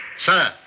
Sir